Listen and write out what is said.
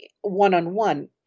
one-on-one